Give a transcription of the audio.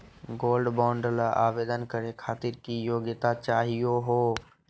Gold bond ल आवेदन करे खातीर की योग्यता चाहियो हो?